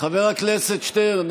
חבר הכנסת שטרן,